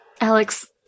Alex